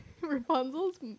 Rapunzel's